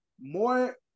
more